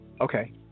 Okay